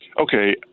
Okay